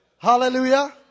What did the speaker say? hallelujah